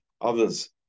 others